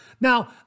Now